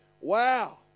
Wow